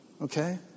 Okay